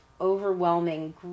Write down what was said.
overwhelming